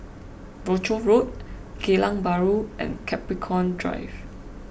Rochor Road Geylang Bahru and Capricorn Drive